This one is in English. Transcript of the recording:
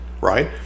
right